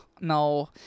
no